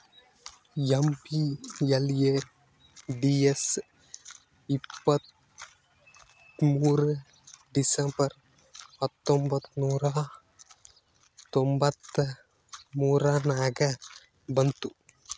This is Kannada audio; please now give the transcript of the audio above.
ಎಮ್.ಪಿ.ಎಲ್.ಎ.ಡಿ.ಎಸ್ ಇಪ್ಪತ್ತ್ಮೂರ್ ಡಿಸೆಂಬರ್ ಹತ್ತೊಂಬತ್ ನೂರಾ ತೊಂಬತ್ತ ಮೂರ ನಾಗ ಬಂತು